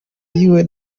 yiwe